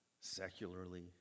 secularly